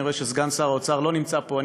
אני רואה שסגן שר האוצר לא נמצא פה.